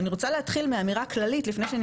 אני רוצה להתחיל מאמירה כללית לפני שאני